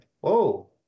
Whoa